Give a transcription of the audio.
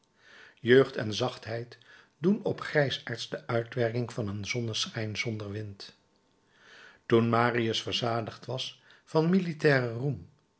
jeugd en zachtheid doen op grijsaards de uitwerking van een zonneschijn zonder wind toen marius verzadigd was van militairen roem